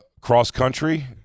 cross-country